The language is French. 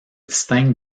distincte